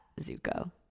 Zuko